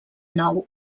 nau